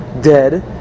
dead